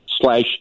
slash